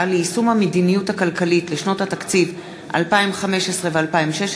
ליישום המדיניות הכלכלית לשנות התקציב 2015 ו-2016),